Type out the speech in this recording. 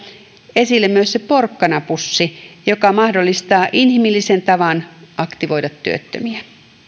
esille myös se porkkanapussi joka mahdollistaa inhimillisen tavan aktivoida työttömiä